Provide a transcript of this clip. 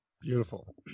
Beautiful